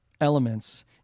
elements